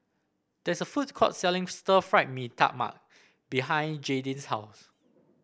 there is a food court selling Stir Fried Mee Tai Mak behind Jaydin's house